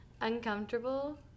uncomfortable